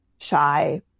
shy